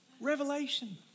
Revelation